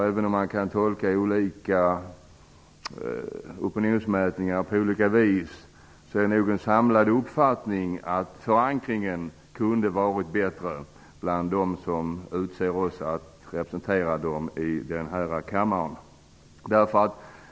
Även om man kan tolka resultaten av opinionsmätningar på olika vis, är nog den samlade uppfattningen att politikens förankring hos dem som utser oss att representera dem i denna kammare kunde ha varit bättre.